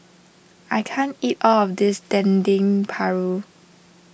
I can't eat all of this Dendeng Paru